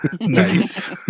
Nice